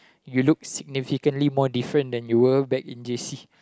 you look significantly more different than you were back in j_c